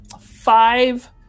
five